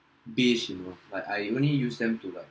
base you know like I only use them to like